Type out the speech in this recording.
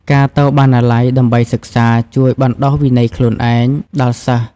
ការទៅបណ្ណាល័យដើម្បីសិក្សា ជួយបណ្ដុះ វិន័យខ្លួនឯង ដល់សិស្ស។